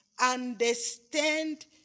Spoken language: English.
understand